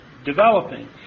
developing